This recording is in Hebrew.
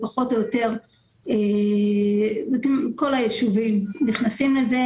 פחות או יותר כל היישובים נכנסים לזה.